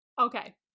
Okay